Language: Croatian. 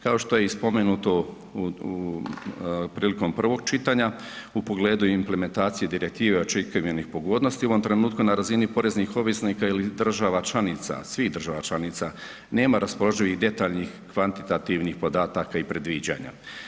Kao što je i spomenuto u prilikom prvog čitanja, u pogledu implementacije direktive ... pogodnosti u ovom trenutku na razini poreznih obveznika ili država članica svih država članica, nema raspoloživih detaljnih kvantitativnih podataka i predviđanja.